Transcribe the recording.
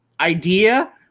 idea